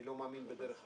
אני לא מאמין בדרך אחרת.